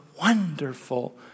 wonderful